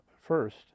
first